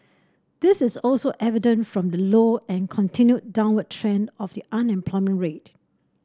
this is also evident from the low and continued downward trend of the unemployment rate